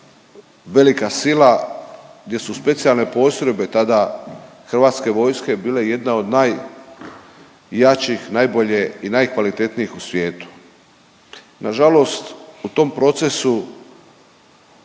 velika sila gdje su specijalne postrojbe tada Hrvatske vojske bile jedna od najjačih, najbolje i najkvalitetnijih u svijetu. Nažalost u tom procesu